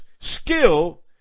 Skill